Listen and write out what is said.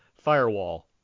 Firewall